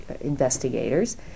investigators